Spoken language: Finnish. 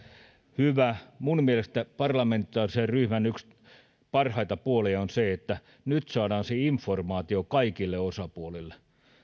hyvä minun mielestäni parlamentaarisen ryhmän yksi parhaita puolia on se että nyt saadaan se informaatio kaikille osapuolille